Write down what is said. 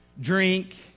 drink